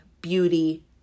beauty